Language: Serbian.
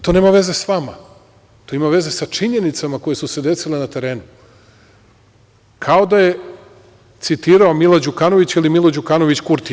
To nema veze sa vama, to ima veze sa činjenicama koje su se desile na terenu, kao da je citirao Mila Đukanovića ili Milo Đukanović Kurtija.